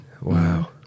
Wow